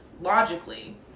logically